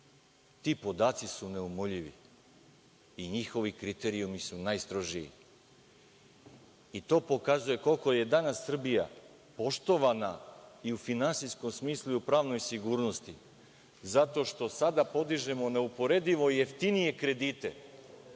ti podaci su neumoljivi i njihovi kriterijumi su najstrožiji. To pokazuje koliko je danas Srbija poštovana i u finansijskom smislu i u pravnoj sigurnosti zato što sada podižemo neuporedivo jeftinije kredite